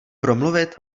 promluvit